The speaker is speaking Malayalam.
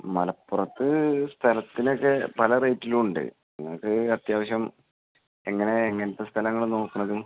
മലപ്പുറത്ത് സ്ഥലത്തിനൊക്കെ പല റേറ്റിലും ഉണ്ട് നിങ്ങൾക്ക് അത്യാവശ്യം എങ്ങനെ എങ്ങനത്തെ സ്ഥലങ്ങൾ ആണ് നോക്കുന്നത്